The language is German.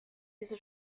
diese